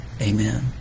Amen